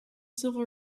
civil